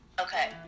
Okay